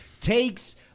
takes